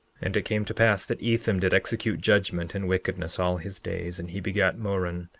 and it came to pass that ethem did execute judgment in wickedness all his days and he begat moron.